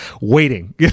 waiting